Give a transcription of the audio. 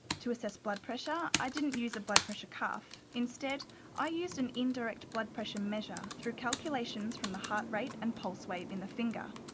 to assess blood pressure i didn't use a blood pressure cuff, instead i used an indirect blood pressure measure through calculations from the heart rate and pulse rate in the finger.